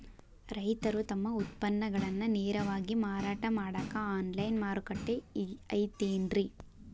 ರೈತರು ತಮ್ಮ ಉತ್ಪನ್ನಗಳನ್ನ ನೇರವಾಗಿ ಮಾರಾಟ ಮಾಡಾಕ ಆನ್ಲೈನ್ ಮಾರುಕಟ್ಟೆ ಐತೇನ್ರಿ?